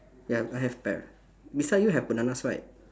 ya I have pear beside you have bananas right